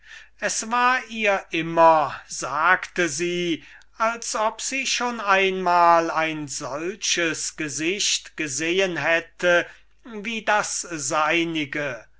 es war ihr immer sagte sie als ob sie schon einmal ein solches gesicht gesehen hätte wie das seinige